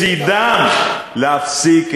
בחיים לא עזרתי לספרדי להיכנס למוסד אשכנזי.